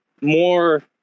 more